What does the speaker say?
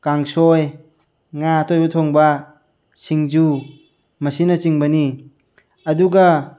ꯀꯥꯡꯁꯣꯏ ꯉꯥ ꯑꯇꯣꯏꯕ ꯊꯣꯡꯕ ꯁꯤꯡꯖꯨ ꯃꯁꯤꯅ ꯆꯤꯡꯕꯅꯤ ꯑꯗꯨꯒ